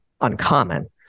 uncommon